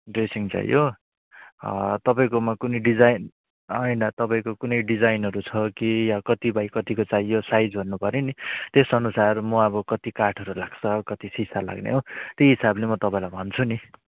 dressing चाहियो तपाईँकोमा कुनै डिजाइन होइन तपाईँको कुनै डिजाइनहरू छ कि वा कति बाइ कतिको चाहियो साइज भन्नु पर्यो नि त्यस अनुसार म अब कति काठहरू लाग्छ कति सिसा लाग्ने हो त्यही हिसाबले म तपाईँलाई भन्छु पनि